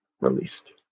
released